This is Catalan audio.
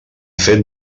fet